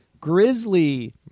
grizzly